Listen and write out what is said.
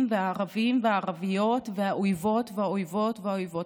והערבים והערביות והאויבות והאויבות והאויבות.